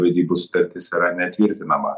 vedybų sutartis yra netvirtinama